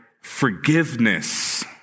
forgiveness